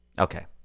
Okay